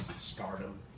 stardom